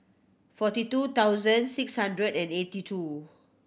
forty two thousand six hundred and eighty two